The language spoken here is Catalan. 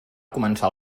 començar